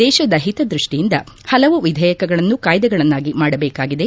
ದೇಶದ ಹಿತದೃಷ್ಷಿಯಿಂದ ಹಲವು ವಿಧೇಯಕಗಳನ್ನು ಕಾಯ್ದೆಗಳನ್ನಾಗಿ ಮಾಡಬೇಕಾಗಿದೆ